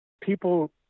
people